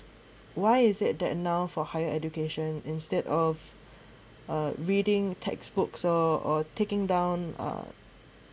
why is it that now for higher education instead of uh reading textbooks or or taking down uh